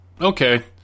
Okay